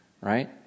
right